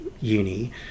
uni